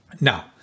Now